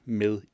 med